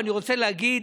אני רוצה להגיד,